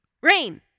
Rain